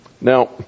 Now